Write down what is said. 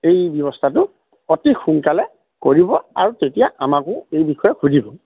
এই ব্যৱস্থাটো অতি সোনকালে কৰিব আৰু তেতিয়া আমাকো এই বিষয়ে সুধিব